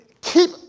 keep